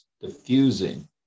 diffusing